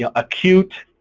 ah acute